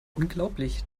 unglaublich